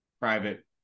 private